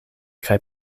kaj